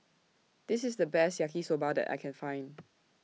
This IS The Best Yaki Soba that I Can Find